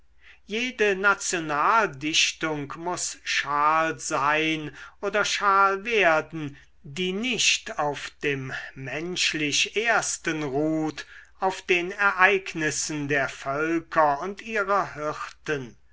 jede nationaldichtung muß schal sein oder schal werden die nicht auf dem menschlich ersten ruht auf den ereignissen der völker und ihrer hirten